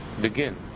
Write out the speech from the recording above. begin